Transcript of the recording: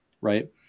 Right